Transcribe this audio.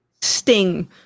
sting